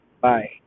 Bye